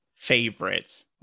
favorites